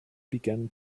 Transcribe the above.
began